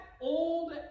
old